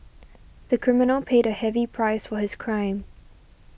the criminal paid a heavy price for his crime